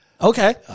okay